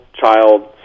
child